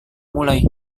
mulai